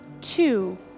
two